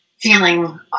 feeling